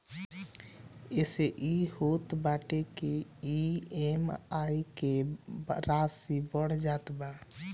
एसे इ होत बाटे की इ.एम.आई के राशी बढ़ जात बा